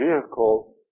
vehicle